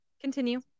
continue